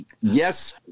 yes